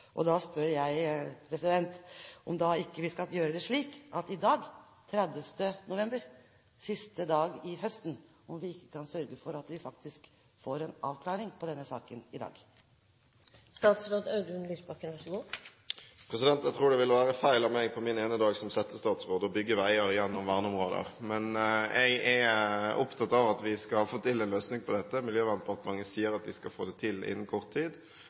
Da spør jeg om vi ikke skal gjøre det slik at vi i dag, 30. november, siste dag av høsten, kan sørge for at vi faktisk får en avklaring på denne saken? Jeg tror det ville være feil av meg på min ene dag som settestatsråd å bygge veier gjennom verneområder. Men jeg er opptatt av at vi skal få til en løsning på dette. Miljøverndepartementet sier at de skal få det til innen kort tid.